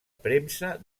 premsa